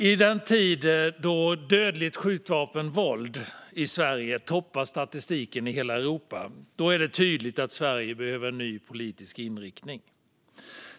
I den tid då dödligt skjutvapenvåld i Sverige toppar statistiken för hela Europa är det tydligt att Sverige behöver en ny politisk inriktning.